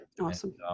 Awesome